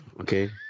okay